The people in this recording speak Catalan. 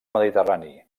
mediterrani